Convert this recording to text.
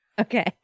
Okay